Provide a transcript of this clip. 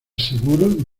seguro